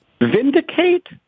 Vindicate